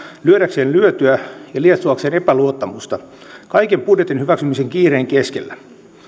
lyödäkseen lyötyä ja lietsoakseen epäluottamusta kaiken budjetin hyväksymisen kiireen keskellä